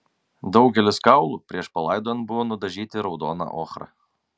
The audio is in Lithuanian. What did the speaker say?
daugelis kaulų prieš palaidojant buvo nudažyti raudona ochra